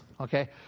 Okay